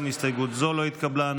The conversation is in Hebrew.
ההסתייגות לא התקבלה.